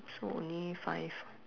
so only five